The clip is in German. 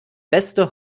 beste